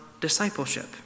discipleship